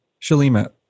Shalima